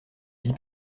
vie